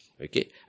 Okay